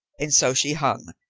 and so she hung,